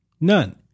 none